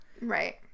right